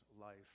life